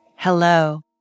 Hello